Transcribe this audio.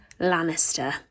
Lannister